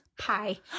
Hi